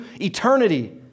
eternity